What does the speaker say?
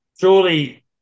Surely